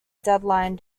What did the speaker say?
deadline